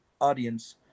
audience